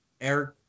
Eric